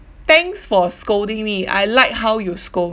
thanks for scolding me I like how you scold